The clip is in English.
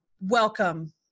Welcome